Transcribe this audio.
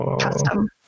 custom